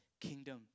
kingdom